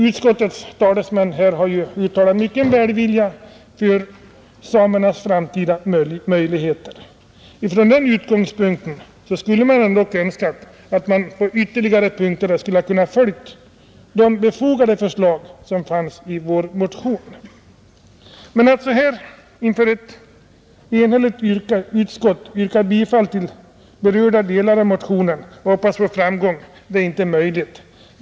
Utskottets talesman har här uttalat mycken välvilja när det gäller samernas framtida möjligheter, och då kunde det ju tänkas att utskottet på ytterligare några punkter hade kunnat följa de befogade förslag som vår motion innehåller. Men att nu mot ett enhälligt utskott yrka bifall till berörda delar av motionen och hoppas på framgång är omöjligt.